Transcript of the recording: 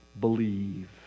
believe